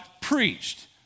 preached